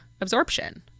absorption